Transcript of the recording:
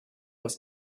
was